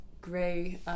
Gray